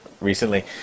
recently